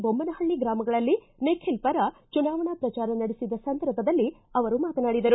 ಮೊಮ್ಮನಹಳ್ಳಿ ಗ್ರಾಮಗಳಲ್ಲಿ ನಿಖಿಲ್ ಪರ ಚುನಾವಣಾ ಪ್ರಚಾರ ನಡೆಸಿದ ಸಂದರ್ಭದಲ್ಲಿ ಅವರು ಮಾತನಾಡಿದರು